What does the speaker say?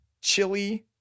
Chili